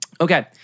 Okay